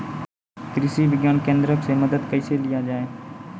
कृषि विज्ञान केन्द्रऽक से मदद कैसे लिया जाय?